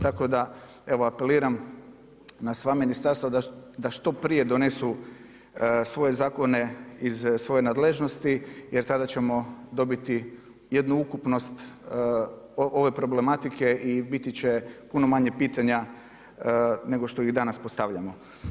Tako da evo apeliram na sva ministarstva da što prije donesu svoje zakone iz svoje nadležnosti jer tada ćemo dobiti jednu ukupnost ove problematike i biti će puno manje pitanja nego što ih danas postavljamo.